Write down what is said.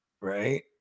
right